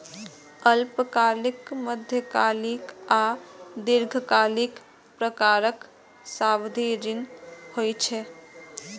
अल्पकालिक, मध्यकालिक आ दीर्घकालिक प्रकारक सावधि ऋण होइ छै